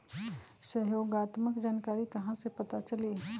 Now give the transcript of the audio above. सहयोगात्मक जानकारी कहा से पता चली?